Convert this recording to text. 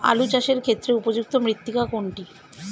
আলু চাষের ক্ষেত্রে উপযুক্ত মৃত্তিকা কোনটি?